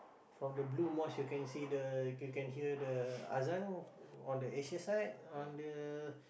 from the blue mosque you can see the you can hear the Azan on the Asia side on the